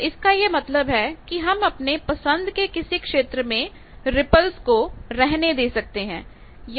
तो इसका यह मतलब है कि हम अपने पसंद के किसी क्षेत्र में रिपल्स को रहने दे सकते हैं